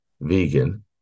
vegan